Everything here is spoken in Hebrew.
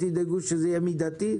ואתם תדאגו שזה יהיה מידתי?